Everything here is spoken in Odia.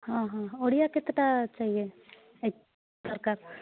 ହଁ ହଁ ଓଡ଼ିଆ କେତେଟା ଚାହିଁଏ ଦରକାର୍